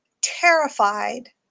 terrified